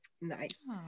nice